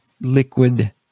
liquid